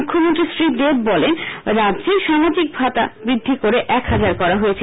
মুখ্যমন্তরী শরীদবে বলনে রাজ্য সামাজকি ভাতা বৃদ্ধ করে এক হাজার করা হয়ছে